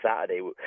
Saturday